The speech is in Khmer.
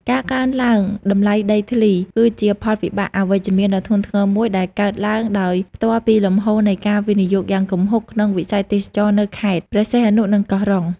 ការកើនឡើងតម្លៃដីធ្លី គឺជាផលវិបាកអវិជ្ជមានដ៏ធ្ងន់ធ្ងរមួយដែលកើតឡើងដោយផ្ទាល់ពីលំហូរនៃការវិនិយោគយ៉ាងគំហុកក្នុងវិស័យទេសចរណ៍នៅខេត្តព្រះសីហនុ និងកោះរ៉ុង។